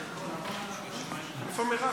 איפה מירב?